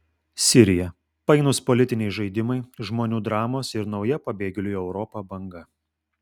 sirija painūs politiniai žaidimai žmonių dramos ir nauja pabėgėlių į europą banga